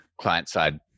client-side